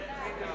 הצעת סיעות